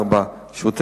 השאלה